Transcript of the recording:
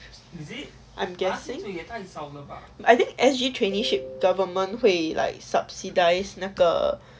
I'm guessing I think S_G traineeship government 会 like subsidized 那个